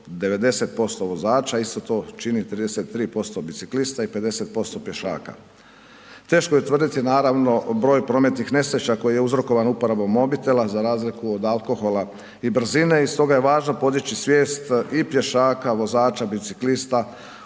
90% vozača. Isto to čini 33% biciklista i 50% pješaka. Teško je utvrditi, naravno broj prometnih nesreća koji je uzrokovan uporabom mobitela za razliku od alkohola i brzine i stoga je važno podići svijest i pješaka, vozača, biciklista